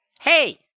Hey